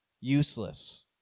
useless